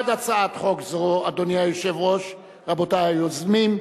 בעד הצעת חוק זו, אדוני היושב-ראש, רבותי היוזמים,